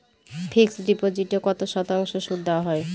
Fixed ডিপোজিটে কত শতাংশ সুদ দেওয়া হয়?